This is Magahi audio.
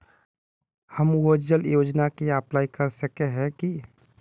हम उज्वल योजना के अप्लाई कर सके है की?